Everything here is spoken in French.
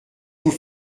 vous